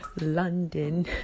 London